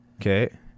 Okay